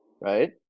right